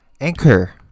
anchor